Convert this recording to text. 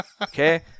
Okay